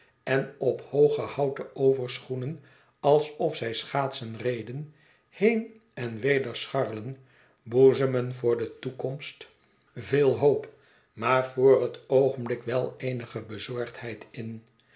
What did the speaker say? en op hooge houten overschoenen alsof zij schaatsen reden heen en weder scharrelen boezemen voor de toekomst veel hoop maar voor het oogenblik wel eenige bezorgdheid in